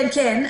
כן, כן.